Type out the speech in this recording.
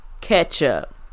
ketchup